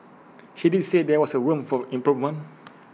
he did say there was A room for improvement